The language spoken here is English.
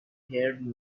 haired